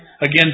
again